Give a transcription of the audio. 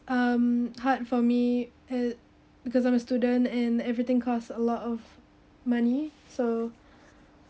um hard for me uh because I'm a student and everything costs a lot of money so